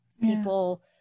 people